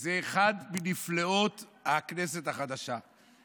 שזה מנפלאות הכנסת החדשה.